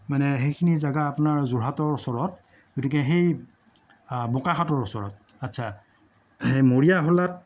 সেইখিনি জাগা মানে আপোনাৰ যোৰহাটৰ ওচৰত গতিকে সেই বোকাখাটৰ ওচৰত আচ্ছা মৰিয়াহোলাত